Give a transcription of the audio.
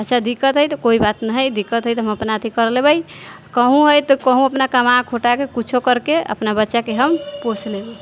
अच्छा दिक्कत हइ तऽ कोइ बात नहि हइ दिक्कत हइ तऽ हम अपना अथी करि लेबै कहूँ हइ तऽ कहूँ अपना कमा खोटाके किछु करिके अपना बच्चाके हम पोसि लेबै